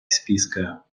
списка